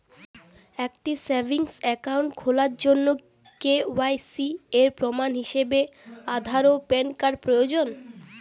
একটি savings account খোলার জন্য কে.ওয়াই.সি এর প্রমাণ হিসাবে আধার ও প্যান কার্ড প্রয়োজন